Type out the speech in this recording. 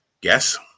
guess